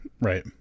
right